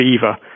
fever